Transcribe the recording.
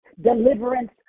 Deliverance